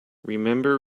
remember